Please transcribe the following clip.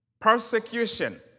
persecution